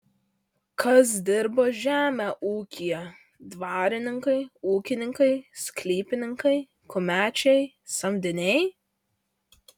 kas dirba žemę ūkyje dvarininkai ūkininkai sklypininkai kumečiai samdiniai